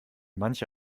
manche